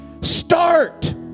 Start